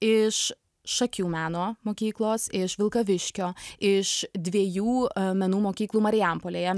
iš šakių meno mokyklos iš vilkaviškio iš dviejų menų mokyklų marijampolėje